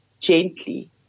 gently